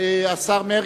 יעקב מרגי.